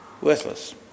worthless